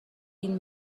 این